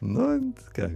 nu ką